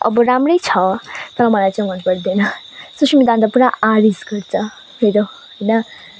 अब राम्रै छ तर मलाई चाहिँ मनपर्दैन सुष्मिता अन्त पुरा आह्रिस गर्छ मेरो होइन